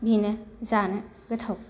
बिदिनो जानो गोथाव